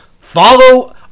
follow